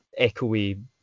echoey